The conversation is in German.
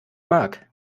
mag